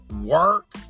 work